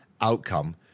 outcome